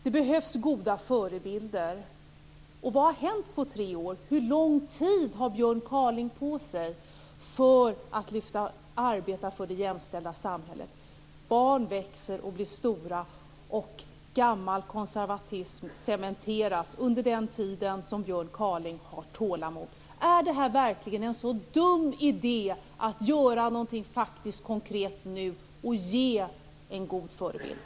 Det behövs goda förebilder. Vad har hänt på tre år? Hur lång tid har Björn Kaaling på sig för arbetet för det jämställda samhället? Barn växer och blir stora, och gammal konservatism cementeras under den tid som Björn Kaaling har tålamod. Är det verkligen en så dum idé att göra någonting konkret nu och ge en god förebild?